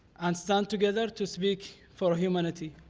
and stand together to speak for humanity.